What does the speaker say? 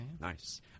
Nice